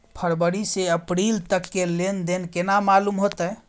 फरवरी से अप्रैल तक के लेन देन केना मालूम होते?